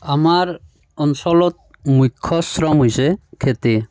আমাৰ অঞ্চলত মুখ্য শ্ৰম হৈছে খেতি